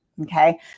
okay